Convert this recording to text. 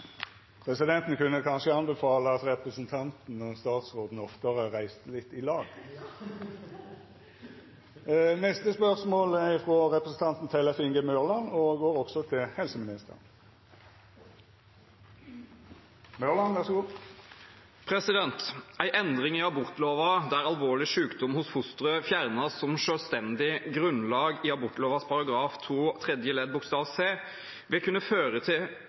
Presidenten kunne kanskje anbefala at representanten og statsråden oftare reiste i lag! «En endring i abortloven, der alvorlig sykdom hos fosteret fjernes som selvstendig grunnlag i abortloven § 2 tredje ledd bokstav c, vil kunne bidra til